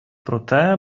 проте